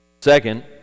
Second